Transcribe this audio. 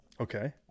Okay